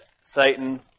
Satan